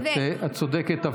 את צודקת,